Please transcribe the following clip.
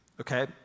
okay